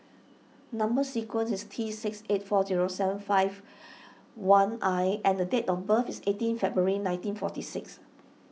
Number Sequence is T six eight four zero seven five one I and date of birth is eighteen February nineteen forty six